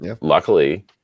Luckily